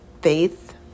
faith